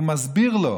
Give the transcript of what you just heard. הוא מסביר לו: